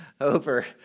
over